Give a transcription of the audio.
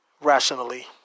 rationally